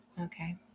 Okay